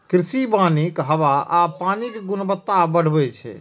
कृषि वानिक हवा आ पानिक गुणवत्ता बढ़बै छै